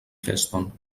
feston